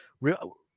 real